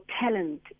talent